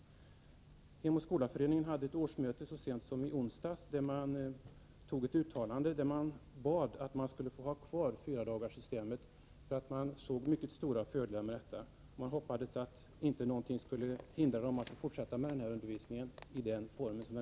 Hem och skola-föreningen hade årsmöte så sent som i onsdags, och då antog man ett uttalande där man bad att man skulle få ha kvar fyradagarssystemet, eftersom man såg mycket stora fördelar med det. Man hoppades att ingenting skulle hindra dem från att fortsätta undervisningen i den formen.